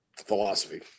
philosophy